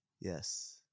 Yes